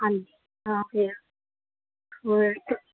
ਹਾਂਜੀ ਤਾਂ ਫੇਰ ਹੋਰ